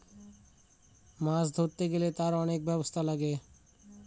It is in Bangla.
মাছ ধরতে গেলে তার অনেক ব্যবস্থা লাগে